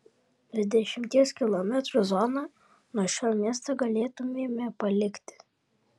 dvidešimties kilometrų zoną nuo šio miesto galėtumėme palikti